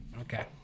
Okay